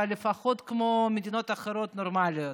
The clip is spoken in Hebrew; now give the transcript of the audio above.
אבל לפחות כמו מדינות אחרות נורמליות.